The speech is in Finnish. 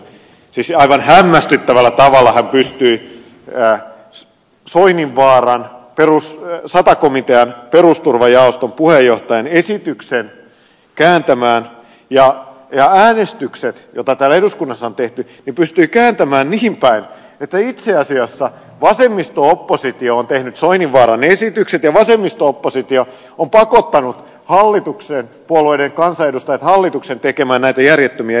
siis aivan hämmästyttävällä tavalla hän pystyi soininvaaran sata komitean perusturvajaoston puheenjohtajan esityksen kääntämään ja äänestykset joita täällä eduskunnassa on käyty hän pystyi kääntämään niin päin että itse asiassa vasemmisto oppositio on tehnyt soininvaaran esitykset ja vasemmisto oppositio on pakottanut hallituspuolueiden kansanedustajat ja hallituksen tekemään näitä järjettömiä esityksiä